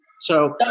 So-